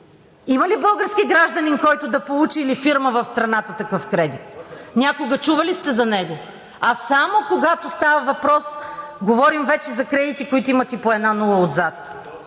Има ли български гражданин, който да получи, или фирма в страната такъв кредит? Някога чували ли сте за него? А само когато става въпрос, говорим вече за кредити, които имат и по една нула отзад.